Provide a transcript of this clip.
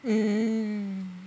um